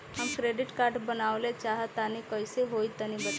हम credit card बनवावल चाह तनि कइसे होई तनि बताई?